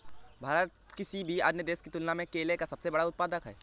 भारत किसी भी अन्य देश की तुलना में केले का सबसे बड़ा उत्पादक है